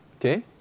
okay